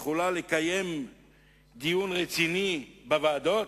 יכולה לקיים דיון רציני בוועדות?